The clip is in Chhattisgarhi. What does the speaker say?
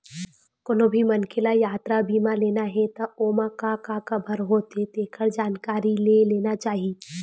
कोनो भी मनखे ल यातरा बीमा लेना हे त ओमा का का कभर होथे तेखर जानकारी ले लेना चाही